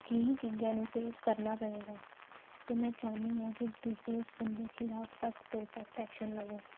ਇਹ ਹੀ ਚੀਜ਼ਾਂ ਨੂੰ ਫੇਸ ਕਰਨਾ ਪਵੇਗਾ ਅਤੇ ਮੈਂ ਚਾਹੁੰਦੀ ਹਾਂ ਕਿ ਤੁਸੀਂ ਉਸ ਬੰਦੇ ਖਿਲਾਫ ਸਖ਼ਤ ਤੋਂ ਸਖ਼ਤ ਐਕਸ਼ਨ ਲਵੋ